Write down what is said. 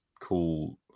cool